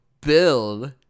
bill